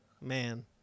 Man